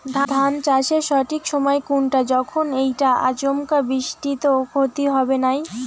ধান চাষের সঠিক সময় কুনটা যখন এইটা আচমকা বৃষ্টিত ক্ষতি হবে নাই?